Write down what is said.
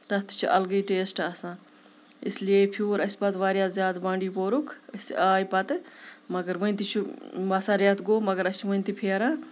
تَتھ تہِ چھُ اَلگٕے ٹیسٹ آسان اِسلیے پھیوٗر اَسہِ پَتہٕ واریاہ زیادٕ بانڈی پورُک أسۍ آے پَتہٕ مگر وۄنۍ تہِ چھُ باسان رٮ۪تھ گوٚو مگر اَسہِ چھِ ؤنہِ تہِ پھیران